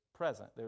present